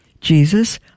jesus